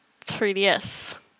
3DS